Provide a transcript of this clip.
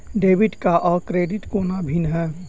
Debit card आ credit कोना भिन्न है?